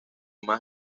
más